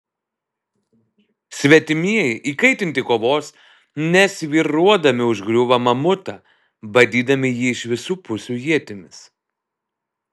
svetimieji įkaitinti kovos nesvyruodami užgriūva mamutą badydami jį iš visų pusių ietimis